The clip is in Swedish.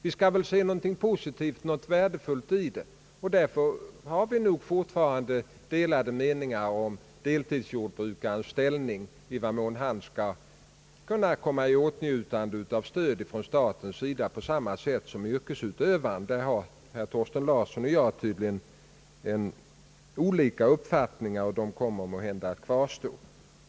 Vi skall väl se något positivt och värdefullt i det. Därför har vi nog. fortfarande delade meningar om deltidsjordbrukarens ställning, huruvida han skall komma i åtnjutande av stöd från staten på samma sätt som yrkesutövaren. Herr Thorsten Larsson och jag har tydligen olika uppfattningar, och de kommer måhända att kvarstå.